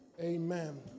amen